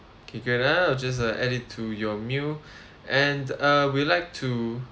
okay can ah I will just uh add it to your meal and uh we like to